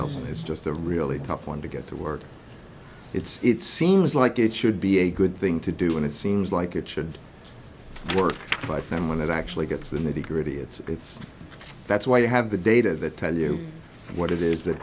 else and his just the really tough one to get to work it's it seems like it should be a good thing to do and it seems like it should work but then when it actually gets the nitty gritty it's that's why you have the data that tell you what it is that